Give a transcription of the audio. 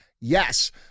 yes